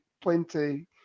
plenty